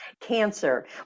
cancer